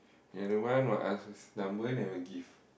another one what ask his number never give